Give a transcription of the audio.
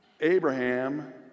Abraham